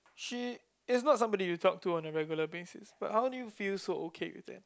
she is not somebody you talk to on a regular basis but how do you feel so okay with that